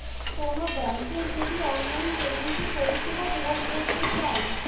কোনো বেংকের যদি অনলাইন পেমেন্টের পরিষেবা ভোগ করতে চাই